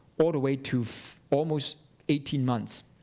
all the way to almost eighteen months.